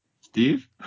Steve